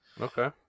okay